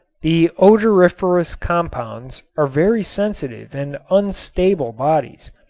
the odoriferous compounds are very sensitive and unstable bodies,